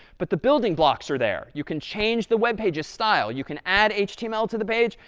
but the building blocks are there. you can change the web page's style. you can add html to the page.